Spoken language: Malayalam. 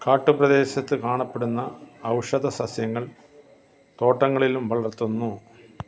കാട്ടുപ്രദേശത്ത് കാണപ്പെടുന്ന ഔഷധം സസ്യങ്ങൾ തോട്ടങ്ങളിലും വളർത്തുന്നു